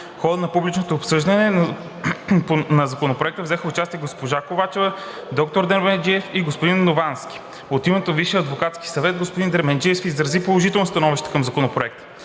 В хода на публичното обсъждане на Законопроекта взеха участие госпожа Ковачева, доктор Дерменджиев и господин Новански. От името на Висшия адвокатски съвет господин Дерменджиев изрази положително становище към Законопроекта.